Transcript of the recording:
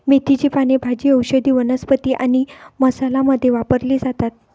मेथीची पाने भाजी, औषधी वनस्पती आणि मसाला मध्ये वापरली जातात